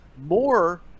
more